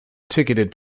ticketed